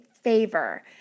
favor